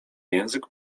język